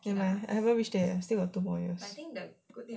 I haven't reach there yet I still got two more years